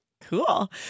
Cool